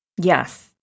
Yes